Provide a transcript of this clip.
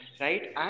right